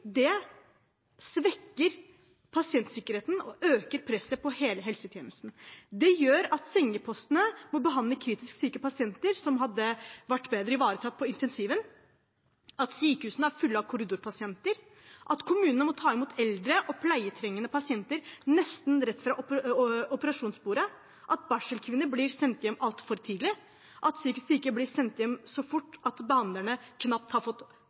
Det svekker pasientsikkerheten og øker presset på hele helsetjenesten. Det gjør at sengepostene må behandle kritisk syke pasienter, som hadde vært bedre ivaretatt på intensiven, at sykehusene er fulle av korridorpasienter, at kommunene må ta imot eldre og pleietrengende pasienter nesten rett fra operasjonsbordet, at barselkvinner blir sendt hjem altfor tidlig, og at psykisk syke blir sendt hjem så fort at behandlerne knapt har fått